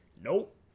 nope